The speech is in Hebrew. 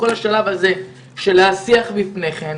כל השלב של השיח לפני כן.